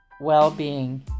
well-being